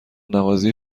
نوازی